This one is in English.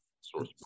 source